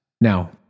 Now